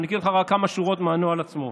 אקריא לך רק כמה שורות מהנוהל עצמו.